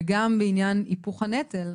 גם בעניין היפוך הנטל,